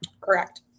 Correct